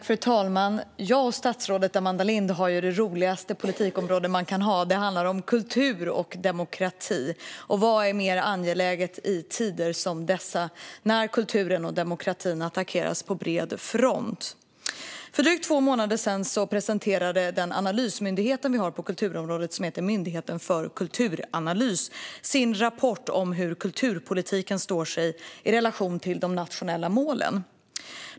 Fru talman! Jag och statsrådet Amanda Lind har det roligaste politikområde man kan ha. Det handlar om kultur och demokrati, och vad är mer angeläget i tider som dessa när kulturen och demokratin attackeras på bred front? För drygt två månader sedan presenterade den analysmyndighet som vi har på kulturområdet och som heter Myndigheten för kulturanalys sin rapport om hur kulturpolitiken står sig i relation till de nationella målen.